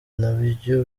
nabyo